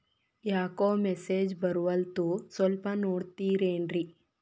ಯಾಕೊ ಮೆಸೇಜ್ ಬರ್ವಲ್ತು ಸ್ವಲ್ಪ ನೋಡ್ತಿರೇನ್ರಿ?